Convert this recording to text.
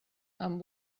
amb